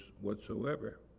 whatsoever